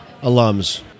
alums